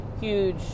huge